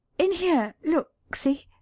in here, look, see!